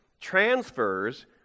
transfers